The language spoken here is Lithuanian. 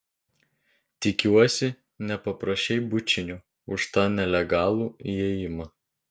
tikiuosi nepaprašei bučinio už tą nelegalų įėjimą